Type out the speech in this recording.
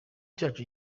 cyacu